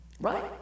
right